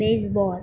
baseball